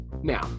Now